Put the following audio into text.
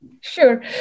Sure